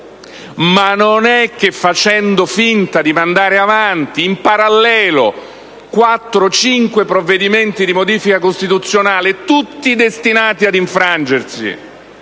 non si può fare finta di mandare avanti in parallelo quattro o cinque provvedimenti di modifica costituzionale, tutti destinati ad infrangersi